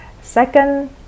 Second